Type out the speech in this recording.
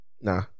Nah